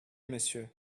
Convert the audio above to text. monsieur